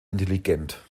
intelligent